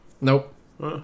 Nope